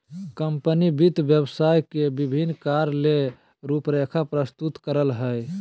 company वित्त व्यवसाय के विभिन्न कार्य ले रूपरेखा प्रस्तुत करय हइ